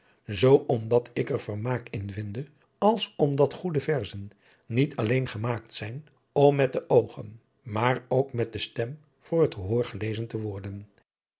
zoo omdat ik er vermaak in vinde als omdat goede verzen niet alleen gemaakt zijn om met de oogen maar ook met de stem voor het gehoor gelezen te worden